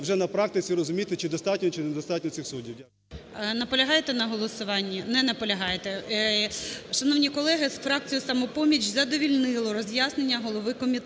вже на практиці розуміти, чи достатньо, чи недостатньо цих суддів. Дякую. ГОЛОВУЮЧИЙ. Наполягаєте на голосуванні? Не наполягаєте. Шановні колеги, фракцію "Самопоміч" задовольнило роз'яснення голови комітету.